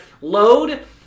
load